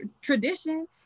tradition